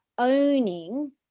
owning